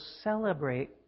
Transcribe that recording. celebrate